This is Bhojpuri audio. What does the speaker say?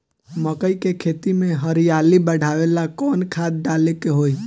मकई के खेती में हरियाली बढ़ावेला कवन खाद डाले के होई?